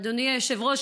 אדוני היושב-ראש,